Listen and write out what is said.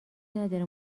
نداره